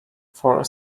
for